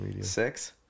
six